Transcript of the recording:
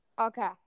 Okay